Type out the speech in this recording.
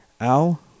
Al